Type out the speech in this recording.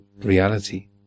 reality